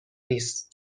نیست